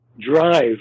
drive